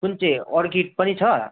कुन चाहिँ अर्किड पनि छ